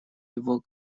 его